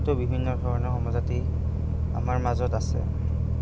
বিভিন্ন ধৰণৰ জনজাতি আমাৰ মাজত আছে